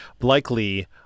likely